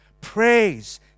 Praise